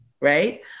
right